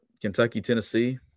Kentucky-Tennessee